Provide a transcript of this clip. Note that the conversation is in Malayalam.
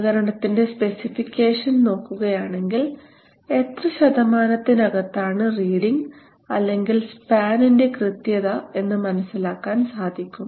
ഉപകരണത്തിന്റെ സ്പെസിഫിക്കേഷൻ നോക്കുകയാണെങ്കിൽ എത്ര ശതമാനത്തിന് അകത്താണ് റീഡിങ് അല്ലെങ്കിൽ സ്പാനിന്റെ കൃത്യത എന്ന് മനസ്സിലാക്കാൻ സാധിക്കും